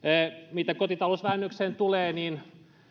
mitä kotitalousvähennykseen tulee niin